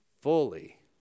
Fully